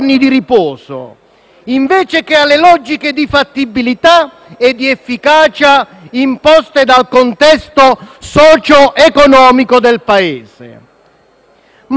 invece che alle logiche di fattibilità e di efficacia imposte dal contesto socioeconomico del Paese. Come si fa